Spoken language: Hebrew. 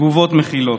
תגובות מכילות,